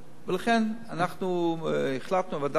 לכן אנחנו החלטנו בוועדת הכספים,